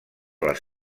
les